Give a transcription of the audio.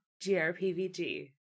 GRPVG